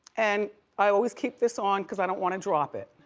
and i always keep this on cause i don't wanna drop it.